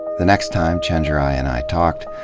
the next time chenjerai and i talked,